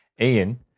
Ian